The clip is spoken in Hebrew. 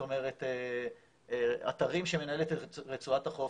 חברת אתרים שמנהלת את רצועת החוף,